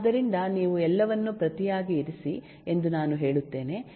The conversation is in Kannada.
ಆದ್ದರಿಂದ ನೀವು ಎಲ್ಲವನ್ನೂ ಪ್ರತಿಯಾಗಿ ಇರಿಸಿ ಎಂದು ನಾನು ಹೇಳುತ್ತೇನೆ